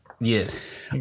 yes